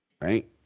Right